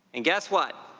and guess what,